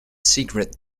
secret